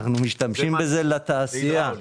אנו משתמשים בזה לתעשייה.